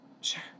Sure